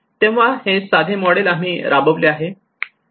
तेव्हा असे हे साधे मॉडेल आम्ही राबवले आहे